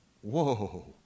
Whoa